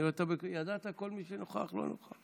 אני רואה שידעת כל מי שנוכח או לא נוכח.